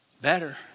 better